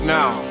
now